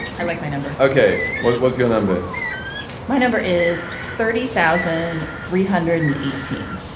i like my number. okay well what's your number my number is thirty thousand three hundred and eighteen.